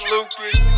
Lucas